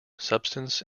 substance